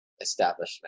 establishment